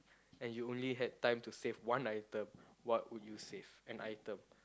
and you only had time to save one item what would you save an item